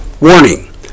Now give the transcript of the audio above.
Warning